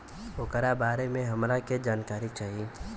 ओकरा बारे मे हमरा के जानकारी चाही?